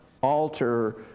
alter